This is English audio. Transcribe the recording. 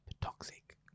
Toxic